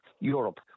Europe